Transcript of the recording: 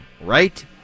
right